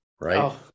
right